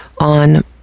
on